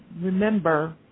remember